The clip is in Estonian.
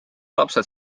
lapsed